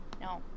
no